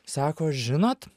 sako žinot